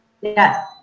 Yes